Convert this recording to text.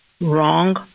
wrong